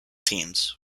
teams